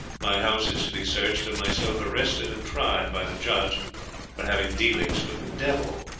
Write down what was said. my house is to be searched, and myself arrested and tried by the judge for having dealings with the devil.